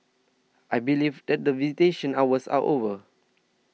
I believe that visitation hours are over